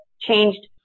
changed